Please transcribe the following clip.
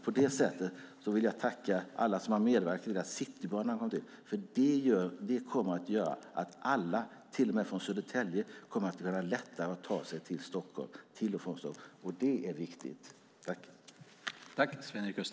På det sättet vill jag tacka alla som har medverkat till att Citybanan kom till, för den kommer att göra att alla, till och med de från Södertälje, lättare kommer att kunna ta sig till och från Stockholm, och det är viktigt.